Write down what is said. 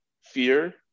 fear